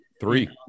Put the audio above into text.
Three